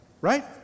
right